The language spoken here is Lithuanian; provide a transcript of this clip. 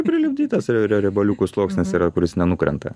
prilipdytas rie riebaliukų sluoksnis yra kuris nenukrenta